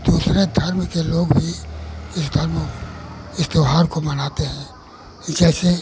दूसरे धर्म के लोग भी इस धर्मों इस त्यौहार को मनाते हैं कि कैसे